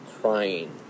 crying